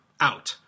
out